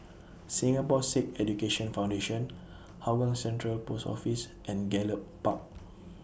Singapore Sikh Education Foundation Hougang Central Post Office and Gallop Park